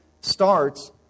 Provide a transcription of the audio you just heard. starts